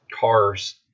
cars